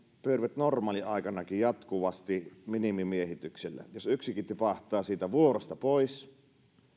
pyörivät normaaliaikanakin jatkuvasti minimimiehityksellä jos yksikin tipahtaa siitä vuorosta pois